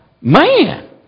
man